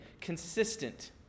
consistent